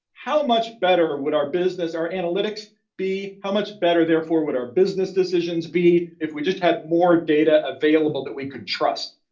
how much better would our business, our analytics be? how much better therefore would our businesses decisions be if we just had more data available that we could trust?